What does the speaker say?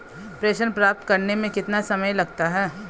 प्रेषण प्राप्त करने में कितना समय लगता है?